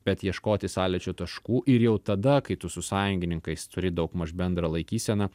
bet ieškoti sąlyčio taškų ir jau tada kai tu su sąjungininkais turi daugmaž bendrą laikyseną